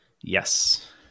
Yes